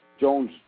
Jones